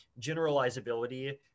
generalizability